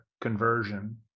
conversion